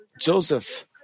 Joseph